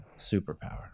Superpower